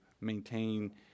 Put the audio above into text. maintain